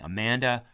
Amanda